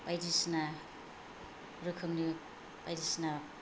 बायदिसिना रोखोमनि बायदिसिना